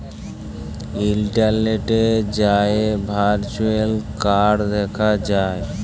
ইলটারলেটে যাঁয়ে virtual card দ্যাখা যায়